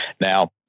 now